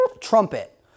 trumpet